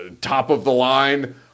top-of-the-line